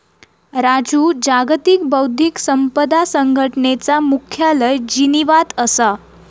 राजू जागतिक बौध्दिक संपदा संघटनेचा मुख्यालय जिनीवात असा